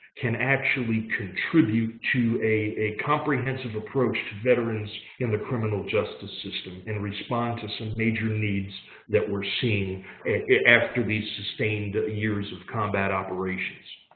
can actually contribute to a comprehensive approach to veterans in the criminal justice system and respond to some major needs that we're seeing after these sustained years of combat operations.